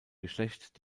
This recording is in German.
geschlecht